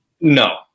No